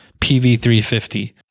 PV350